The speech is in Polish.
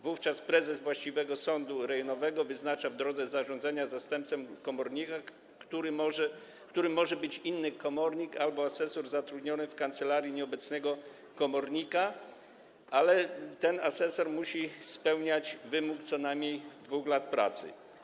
Wówczas prezes właściwego sądu rejonowego wyznacza w drodze zarządzenia zastępcę komornika, którym może być inny komornik albo asesor zatrudniony w kancelarii nieobecnego komornika, ale ten asesor musi spełniać wymóg co najmniej 2 lat pracy.